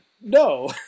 no